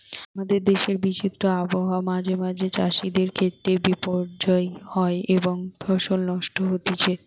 আমাদের দেশের বিচিত্র আবহাওয়া মাঁঝে মাঝে চাষিদের ক্ষেত্রে বিপর্যয় হয় এবং ফসল নষ্ট হতিছে